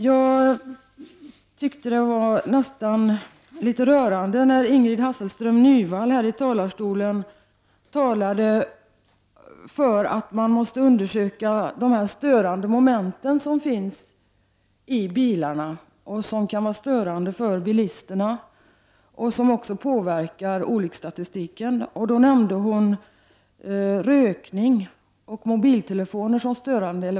Det var nästan rörande att höra Ingrid Hasselström Nyvall tala om att man måste undersöka de störande moment som kan finnas i bilarna. De kan ju vara störande för bilisterna, och dessa störande moment påverkar också olycksfallsstatistiken. Hon nämnde som exempel rökning och mobiltelefoner.